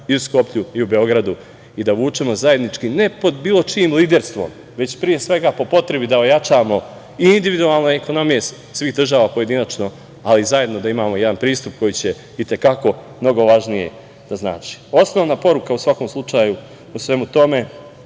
i u Skoplju i u Beogradu i da vučemo zajednički, ne pod bilo čijim liderstvom, već pre svega po potrebi da ojačamo i individualne ekonomije svih država pojedinačno, ali i zajedno da imamo jedan pristup koji će i te kako mnogo važnije da znači. Osnovna poruka, u svakom slučaju, u svemu tome,